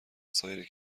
سایر